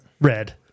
Red